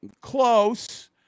Close